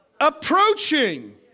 approaching